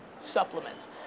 supplements